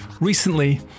recently